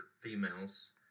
females